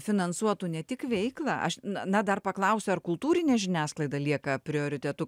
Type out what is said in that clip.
finansuotų ne tik veiklą aš na na dar paklausiu ar kultūrinė žiniasklaida lieka prioritetu